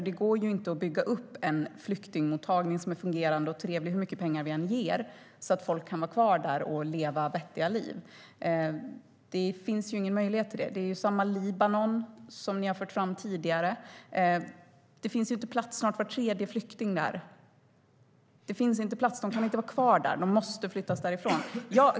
Det går ju inte att bygga upp en fungerande och trevlig flyktingmottagning hur mycket pengar vi än ger så att folk kan vara kvar där och leva vettiga liv. Det finns ingen möjlighet till det. Det är samma sak i Libanon, som ni har fört fram tidigare. Det finns inte plats. Snart är var tredje flykting där. Det finns inte plats. De kan inte vara kvar där. De måste flyttas därifrån.